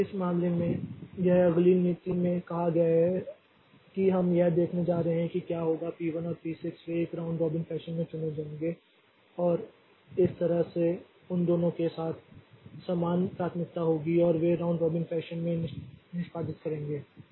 तो इस मामले में यह अगली नीति में कहा गया है कि हम यह देखने जा रहे हैं कि क्या होगा पी 1 और पी 6 वे एक राउंड रॉबिन फैशन में चुने जाएंगे और इस तरह से उन दोनों के साथ समान प्राथमिकता होगी और वे एक राउंड रॉबिन फैशन में निष्पादित करेंगे